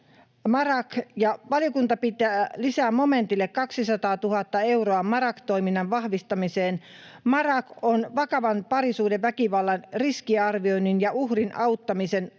MARAK. Valiokunta lisää momentille 200 000 euroa MARAK-toiminnan vahvistamiseen. MARAK on vakavan parisuhdeväkivallan riskiarvioinnin ja uhrin auttamisen